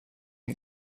had